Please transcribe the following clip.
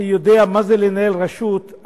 שיודע מה זה לנהל רשות,